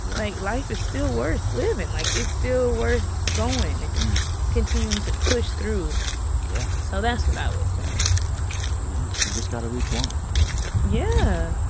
like, life is still worth living. like, it's still worth going and continuing to push through yeah so that's what i would say yeah. you just got to reach one yeah,